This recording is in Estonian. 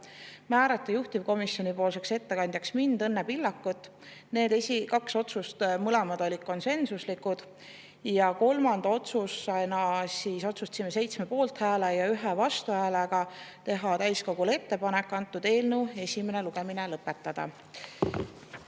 määrata juhtivkomisjonipoolseks ettekandjaks mind, Õnne Pillakut. Need kaks otsust olid mõlemad konsensuslikud. Kolmanda otsusena otsustasime 7 poolthääle ja 1 vastuhäälega teha täiskogule ettepaneku eelnõu esimene lugemine lõpetada.